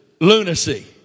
lunacy